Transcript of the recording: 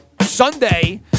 Sunday